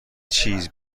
چیزی